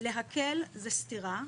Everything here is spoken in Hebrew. להקל זה סתירה,